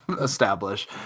establish